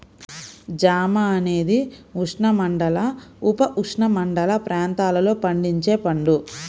జామ అనేది ఉష్ణమండల, ఉపఉష్ణమండల ప్రాంతాలలో పండించే పండు